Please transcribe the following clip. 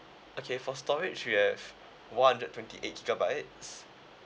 okay for storage we have one hundred twenty eight gigabytes